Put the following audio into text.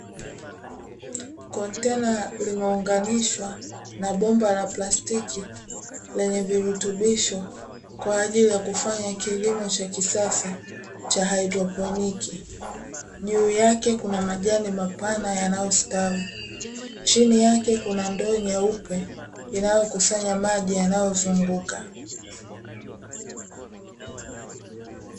Kontena limeunganishwa na bomba la plastiki lenye virutubisho kwaajili ya kufanya kilimo cha kisasa cha haidroponi. Juu yake Kuna majani mapana yanayostawi chini yake kuna ndoo nyeupe inayokusanya maji yanayozunguka.